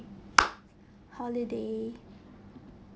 holiday